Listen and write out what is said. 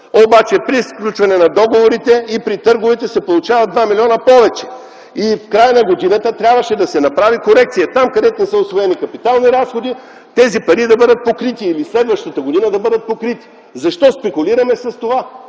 Обаче при сключва на договорите и при търговете се получават 2 милиона повече. И в края на годината трябваше да се направи корекция. Там, където не са усвоени капитални разходи, тези пари да бъдат покрити или следващата година да бъдат покрити. Защо спекулираме с това?